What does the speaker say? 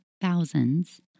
thousands